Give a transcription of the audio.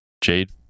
Jade